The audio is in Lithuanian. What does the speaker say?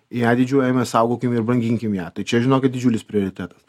ja didžiuojamės saugokim ir branginkim ją tai čia žinokit didžiulis prioritetas